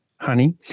honey